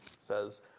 says